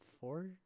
four